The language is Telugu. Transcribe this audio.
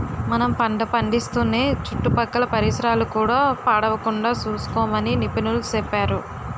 మనం పంట పండిస్తూనే చుట్టుపక్కల పరిసరాలు కూడా పాడవకుండా సూసుకోమని నిపుణులు సెప్పేరు